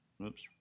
Oops